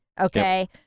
okay